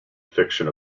fiction